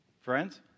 Friends